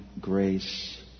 grace